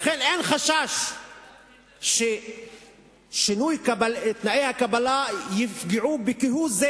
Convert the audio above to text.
לכן, אין חשש ששינוי תנאי הקבלה יפגעו כהוא-זה